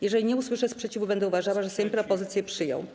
Jeżeli nie usłyszę sprzeciwu, będę uważała, że Sejm propozycję przyjął.